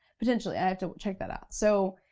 potentially. i have to check that out. so,